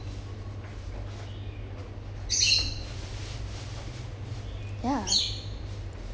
ya